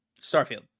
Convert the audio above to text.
Starfield